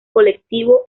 colectivo